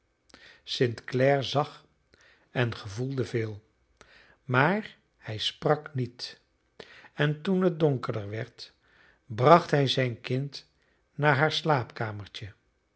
st clare zag en gevoelde veel maar hij sprak niet en toen het donkerder werd bracht hij zijn kind naar haar slaapkamertje